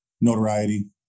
notoriety